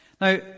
Now